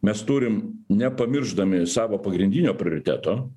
mes turim nepamiršdami savo pagrindinio prioriteto